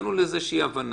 הגענו לאיזו שהיא הבנה,